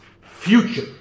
future